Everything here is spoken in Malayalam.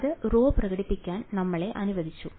അത് ρ പ്രകടിപ്പിക്കാൻ നമ്മളെ അനുവദിച്ചു